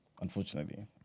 unfortunately